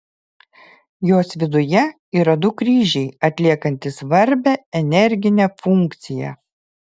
jos viduje yra du kryžiai atliekantys svarbią energinę funkciją